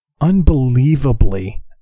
unbelievably